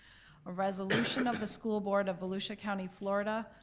a resolution of the school board of volusia county, florida,